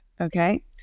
okay